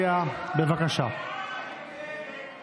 להעביר לוועדה את הצעת חוק הדגל,